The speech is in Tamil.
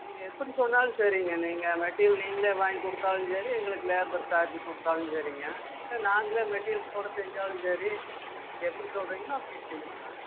நீங்கள் எப்படி சொன்னாலும் சரிங்க நீங்கள் மெட்டீரியல் நீங்களே வாங்கி கொடுத்தாலும் சரி எங்களுக்கு லேபர் சார்ஜ்ஜி கொடுத்தாலும் சரிங்க இல்லை நாங்களே மெட்டீரியல் கூட செஞ்சாலும் சரி நீங்கள் எப்படி சொல்கிறீங்களோ அப்படியே செஞ்சுக்கிலாங்க